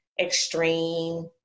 extreme